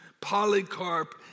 polycarp